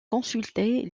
consultée